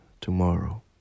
tomorrow